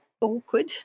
awkward